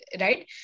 right